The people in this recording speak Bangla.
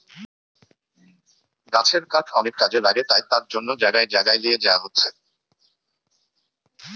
গাছের কাঠ অনেক কাজে লাগে তাই তার জন্যে জাগায় জাগায় লিয়ে যায়া হচ্ছে